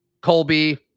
Colby